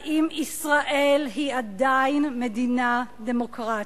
האם ישראל היא עדיין מדינה דמוקרטית?